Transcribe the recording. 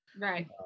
Right